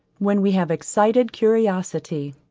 when we have excited curiosity,